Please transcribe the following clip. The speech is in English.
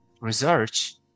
research